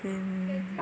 പിന്നെല്ല